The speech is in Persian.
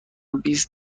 بیست